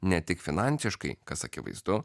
ne tik finansiškai kas akivaizdu